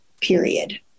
period